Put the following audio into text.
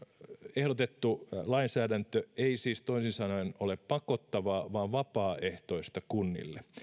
ehdotettu lainsäädäntö ei siis toisin sanoen ole pakottavaa vaan vapaaehtoista kunnille